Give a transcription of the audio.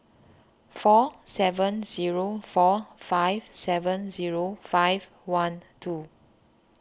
four seven zero four five seven zero five one two